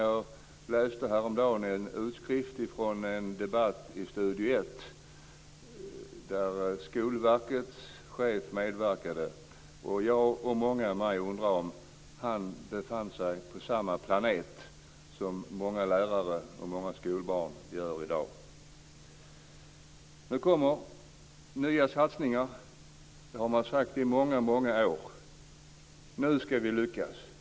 Jag läste häromdagen en utskrift från en debatt i Studio Ett, där Skolverkets chef medverkade. Jag och många med mig undrar om han befann sig på samma planet som många lärare och skolbarn gör i dag. Nu kommer nya satsningar. Det har man sagt i många år. Nu ska de lyckas.